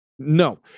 No